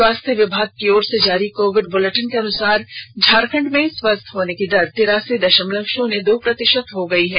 स्वास्थ्य विभाग की ओर से जारी कोविड बुलेटिन के अनुसार झारखंड में स्वस्थ होने की दर तिरासी दशमलव शून्य दो प्रतिशत हो गई है